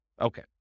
okay